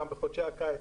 גם בחודשי הקיץ,